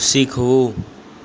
શીખવું